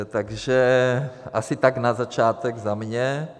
Takže asi tak na začátek za mě.